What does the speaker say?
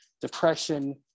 depression